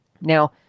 Now